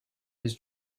his